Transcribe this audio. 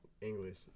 English